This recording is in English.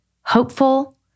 hopeful